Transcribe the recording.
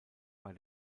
bei